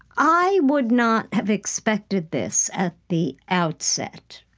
i would not have expected this at the outset.